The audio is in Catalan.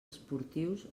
esportius